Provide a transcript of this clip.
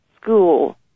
school